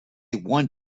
want